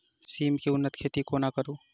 सिम केँ उन्नत खेती कोना करू?